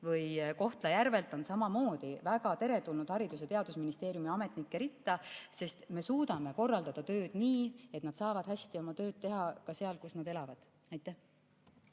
või Kohtla-Järvelt on samamoodi väga teretulnud Haridus- ja Teadusministeeriumi ametnike ritta, sest me suudame korraldada nii, et nad saavad hästi oma tööd teha ka seal, kus nad elavad. Aitäh